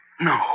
No